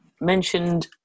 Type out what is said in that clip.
mentioned